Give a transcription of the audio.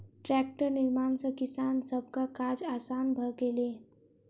टेक्टरक निर्माण सॅ किसान सभक काज आसान भ गेलै